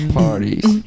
parties